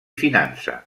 finança